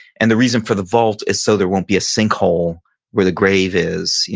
and the reason for the vault is so there won't be a sinkhole where the grave is. yeah